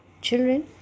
children